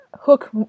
hook